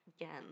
again